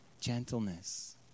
gentleness